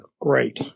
Great